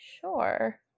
Sure